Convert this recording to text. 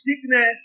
sickness